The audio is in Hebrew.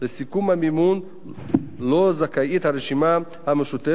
לסכום המימון שזכאית לו הרשימה המשותפת,